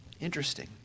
Interesting